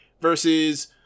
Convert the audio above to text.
versus